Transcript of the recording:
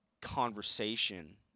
conversation